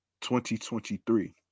2023